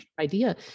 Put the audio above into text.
idea